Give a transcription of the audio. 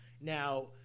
Now